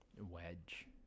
wedge